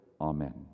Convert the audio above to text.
Amen